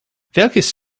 welches